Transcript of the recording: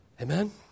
Amen